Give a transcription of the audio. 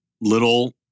little